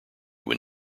when